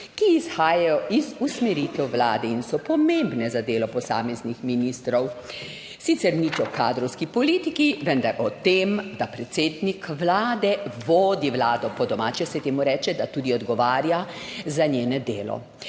ki izhajajo iz usmeritev vlade in so pomembne za delo posameznih ministrov.« Sicer nič o kadrovski politiki, vendar o tem, da predsednik vlade vodi vlado, po domače se temu reče, da tudi odgovarja za njeno delo.